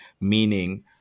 meaning